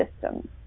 systems